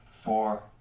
four